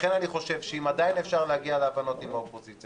לכן אם עדיין אפשר להגיע להבנות עם האופוזיציה